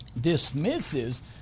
Dismisses